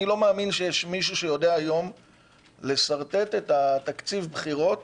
אני לא מאמין שיש מישהו שיודע היום לשרטט את תקציב הבחירות